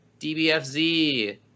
DBFZ